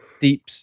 deep